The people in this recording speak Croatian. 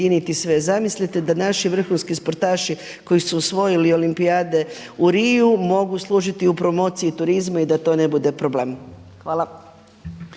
Hvala.